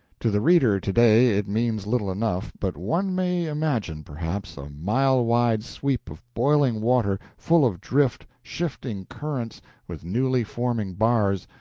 to the reader to-day it means little enough, but one may imagine, perhaps, a mile-wide sweep of boiling water, full of drift, shifting currents with newly forming bars,